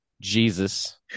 Jesus